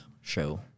show